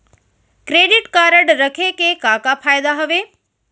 Credit card रखे के का का फायदा हवे?